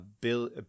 bill